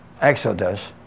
Exodus